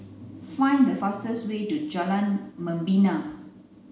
find the fastest way to Jalan Membina